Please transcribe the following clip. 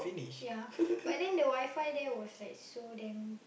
ya but then the WiFi there was like so damn